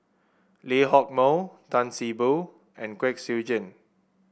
Lee Hock Moh Tan See Boo and Kwek Siew Jin